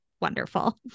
wonderful